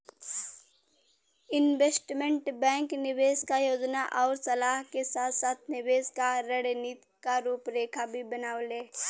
investment bank निवेश क योजना आउर सलाह के साथ साथ निवेश क रणनीति क रूपरेखा भी बनावेला